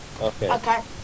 Okay